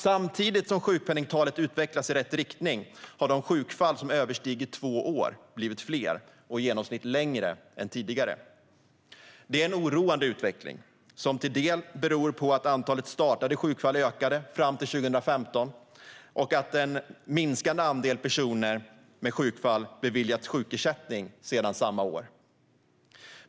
Samtidigt som sjukpenningtalet utvecklas i rätt riktning har dock de sjukfall som överstiger två år blivit fler och i genomsnitt längre än tidigare, vilket är en oroande utveckling. Det beror till viss del på att antalet startade sjukfall ökade fram till 2015 och att en minskande andel personer med sjukfall har beviljats sjukersättning sedan samma år.